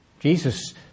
Jesus